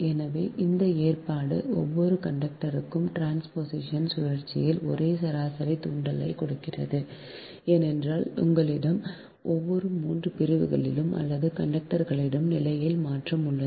எனவே இந்த ஏற்பாடு ஒவ்வொரு கண்டக்டருக்கும் டிரான்ஸ்போசிஷன் சுழற்சியில் ஒரே சராசரி தூண்டலைக் கொண்டிருக்கிறது ஏனென்றால் எங்களிடம் ஒவ்வொரு 3 பிரிவுகளிலும் அல்லது கண்டக்டர்களின் நிலையிலும் மாற்றம் உள்ளது